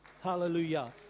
Hallelujah